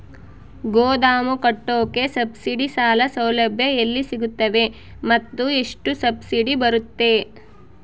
ಗೋದಾಮು ಕಟ್ಟೋಕೆ ಸಬ್ಸಿಡಿ ಸಾಲ ಸೌಲಭ್ಯ ಎಲ್ಲಿ ಸಿಗುತ್ತವೆ ಮತ್ತು ಎಷ್ಟು ಸಬ್ಸಿಡಿ ಬರುತ್ತೆ?